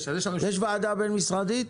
יש ועדה בין-משרדית?